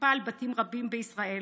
שנכפה על בתים רבים בישראל